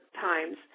times